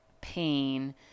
pain